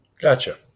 Gotcha